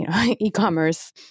e-commerce